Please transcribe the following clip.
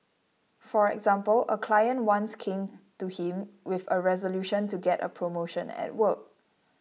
for example a client once came to him with a resolution to get a promotion at work